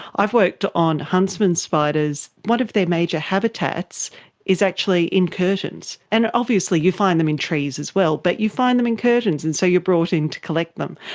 i've worked on huntsmen spiders. one of their major habitats is actually in curtains. and obviously you find them in trees as well, but you find them in curtains, and so you are brought in to collect them.